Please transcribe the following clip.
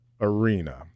arena